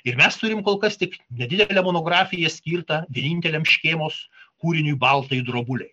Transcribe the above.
ir mes turim kol kas tik nedidelę monografiją skirtą vieninteliam škėmos kūriniui baltai drobulei